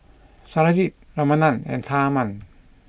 Satyajit Ramanand and Tharman